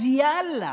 אז יאללה,